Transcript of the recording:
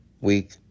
week